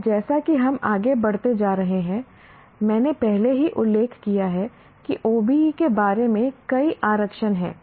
और जैसा कि हम आगे बढ़ते जा रहे हैं मैंने पहले ही उल्लेख किया है कि OBE के बारे में कई आरक्षण हैं